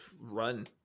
run